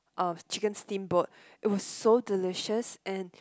uh chicken steamboat it was so delicious and